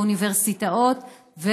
באוניברסיטאות,